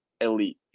elite